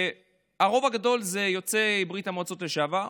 שרובם הגדול הם יוצאי ברית המועצות לשעבר,